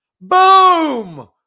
Boom